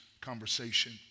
conversation